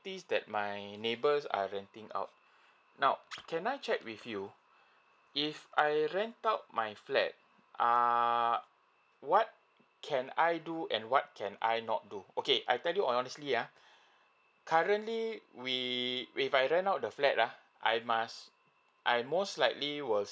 that my neighbours are renting out now can I check with you if I rent out my flat err what can I do and what can I not do okay I tell you honestly uh currently we if I rent out the flat uh I must I most likely will